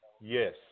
Yes